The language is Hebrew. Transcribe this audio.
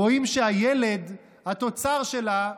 רואים שהילד, התוצר שלה,